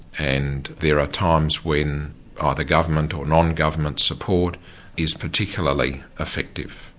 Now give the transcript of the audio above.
and there are times when ah either government or non-government support is particularly effective.